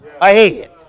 ahead